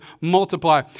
multiply